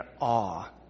awe